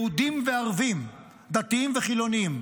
יהודים וערבים, דתיים וחילונים.